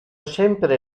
sempre